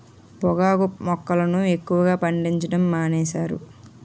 పొగాకు మొక్కలను ఎక్కువగా పండించడం మానేశారు